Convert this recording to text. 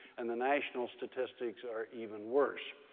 and the national statistics are even worse.